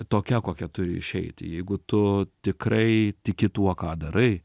tokia kokia turi išeiti jeigu tu tikrai tiki tuo ką darai